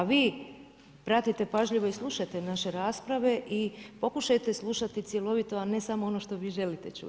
A vi pratite pažljivo i slušajte naše rasprave i pokušajte slušati cjelovito, a ne samo ono što vi želite čuti.